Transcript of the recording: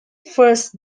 first